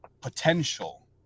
Potential